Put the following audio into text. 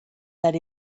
that